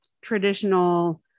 Traditional